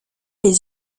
les